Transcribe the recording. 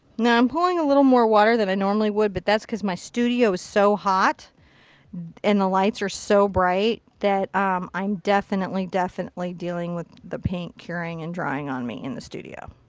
now i'm pulling a little more water than i normally would but that's because my studio is so hot and the lights are so bright that um i'm definitely definitely dealing with paint curing and drying on me in the studio.